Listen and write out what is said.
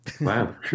Wow